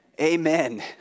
Amen